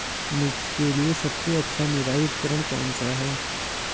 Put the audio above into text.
मिर्च के लिए सबसे अच्छा निराई उपकरण कौनसा है?